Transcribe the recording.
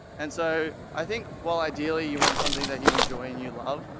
and so i think while ideally you want something that you enjoy and you love,